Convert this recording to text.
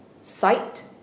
Sight